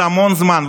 זה המון זמן,